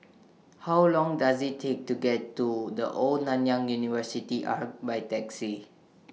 How Long Does IT Take to get to The Old Nanyang University Arch By Taxi